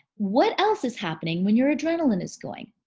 what else is happening when your adrenaline is going?